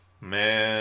man